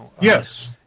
Yes